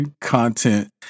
content